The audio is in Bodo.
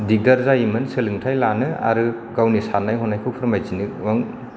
दिग्दार जायोमोन सोलोंथाय लानो आरो गावनि साननाय हनायखौ फोरमायथिनो गोबां